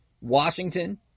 Washington